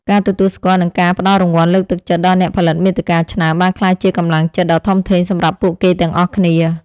ការទទួលស្គាល់ និងការផ្ដល់រង្វាន់លើកទឹកចិត្តដល់អ្នកផលិតមាតិកាលឆ្នើមបានក្លាយជាកម្លាំងចិត្តដ៏ធំធេងសម្រាប់ពួកគេទាំងអស់គ្នា។